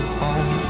home